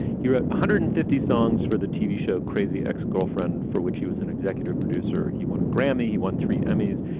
he wrote one hundred and fifty songs for the tv show crazy ex-girlfriend, for which he was an executive producer. he won a grammy. he won three emmys.